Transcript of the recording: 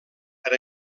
per